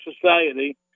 society